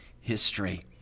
history